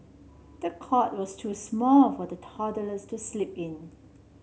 the cot was too small for the toddlers to sleep in